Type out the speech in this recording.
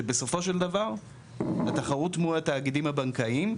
שבסופו של דבר התחרות מול התאגידים הבנקאיים,